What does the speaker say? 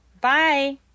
Bye